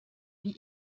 wie